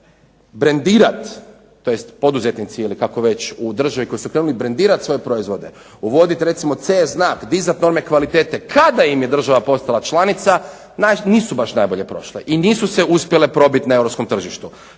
brendirati, tj. poduzetnici ili kako već u državi koji su krenuli brendirati svoje proizvode, uvoditi recimo C znak, dizat one kvalitete, kada im je država postala članica, nisu baš najbolje prošle i nisu se uspjele probit na europskom tržištu.